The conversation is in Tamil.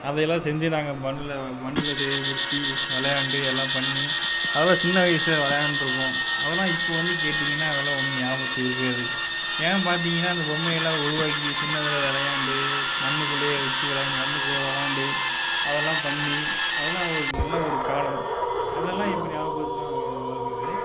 அதையெல்லாம் செஞ்சு நாங்கள் மண்ணில் மண்ணில் செயல்படுத்தி விளையாண்டு எல்லாம் பண்ணி அதெல்லாம் சின்ன வயசில் விளையாண்டு இருக்கோம் அதெல்லாம் இப்போ வந்து கேட்டீங்கன்னா அதெல்லாம் ஒன்றும் நியாபகத்துக்கு இருக்காது ஏன் பார்த்தீங்கன்னா அந்த பொம்மையெல்லாம் உருவாக்கி சின்னதில் விளையாண்டு மண்ணுக்குள்ளையே வச்சி விளையாண்டு மண்ணுக்குள்ளே விளையாண்டு அதெல்லாம் பண்ணி அதெல்லாம் ஒரு நல்ல ஒரு காலம் அதெல்லாம் இப்போ நியாபகப்படுத்துனால்